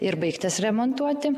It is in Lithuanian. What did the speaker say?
ir baigtas remontuoti